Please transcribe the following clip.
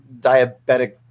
diabetic